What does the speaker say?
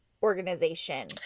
organization